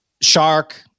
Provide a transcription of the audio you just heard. Shark